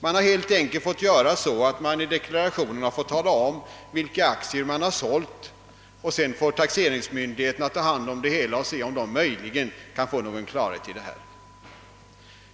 Man har helt enkelt fått göra så, att man i deklarationen angivit vilka aktier man har sålt och sedan låtit taxeringsmyndigheterna ta hand om uppgifterna.